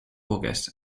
august